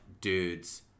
dudes